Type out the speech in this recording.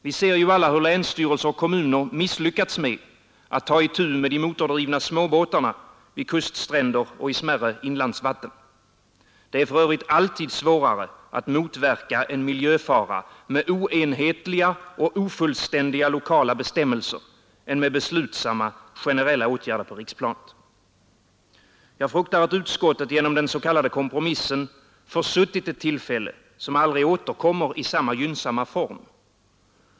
Vi ser ju alla hur länsstyrelser och kommuner misslyckats med att ta itu med de motordrivna småbåtarna vid kuststränder och i smärre inlandsvatten. Det är för övrigt alltid svårare att motverka en miljöfara med oenhetliga och ofullständiga lokala bestämmelser än med beslutsamma generella åtgärder på riksplanet. Jag fruktar att utskottet genom den s.k. kompromissen försuttit ett tillfälle som aldrig återkommer i samma gynnsamma form.